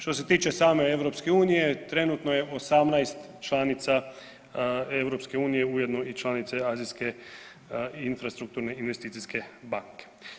Što se tiče same EU trenutno je 18 članica EU ujedno i članica Azijske infrastrukturne investicijske banke.